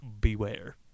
Beware